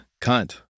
cunt